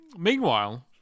Meanwhile